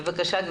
בבקשה.